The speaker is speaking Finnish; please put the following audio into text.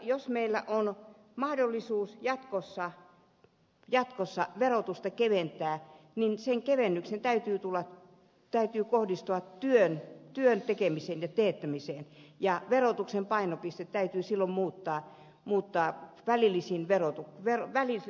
jos meillä on mahdollisuus jatkossa verotusta keventää niin sen kevennyksen täytyy kohdistua työn tekemiseen ja teettämiseen ja verotuksen painopistettä täytyy silloin muuttaa välilliseen verotukseen